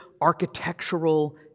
architectural